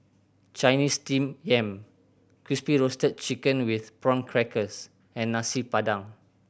Chinese Steamed Yam Crispy Roasted Chicken with Prawn Crackers and Nasi Padang